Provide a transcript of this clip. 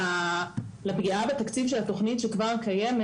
הוגדרו תקציבים ואני סמוכה ובטוחה שהשרה נערכה והיא רוצה לקדם